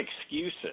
excuses